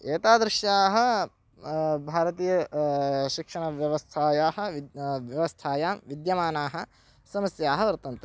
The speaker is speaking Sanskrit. एतादृशाः भारतीय शिक्षणव्यवस्थायाः व्यवस्थायां विद्यमानाः समस्याः वर्तन्ते